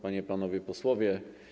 Panie i Panowie Posłowie!